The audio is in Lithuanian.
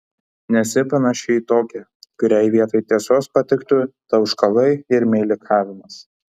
nesi panaši į tokią kuriai vietoj tiesos patiktų tauškalai ir meilikavimas